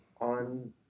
on